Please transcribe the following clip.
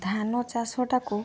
ଧାନ ଚାଷଟାକୁ